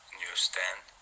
newsstand